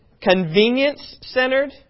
convenience-centered